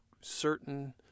certain